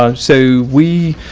ah so we,